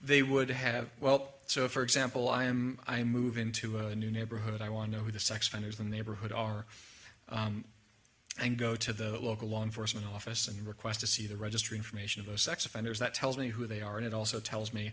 they would have well so if for example i am i move into a new neighborhood i want to know who the sex offenders the neighborhood are and go to the local law enforcement office and request to see the registry information of sex offenders that tells me who they are and it also tells me